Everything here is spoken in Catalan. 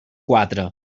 quatre